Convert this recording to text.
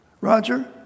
Roger